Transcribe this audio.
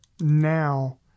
now